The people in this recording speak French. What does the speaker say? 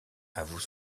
avoue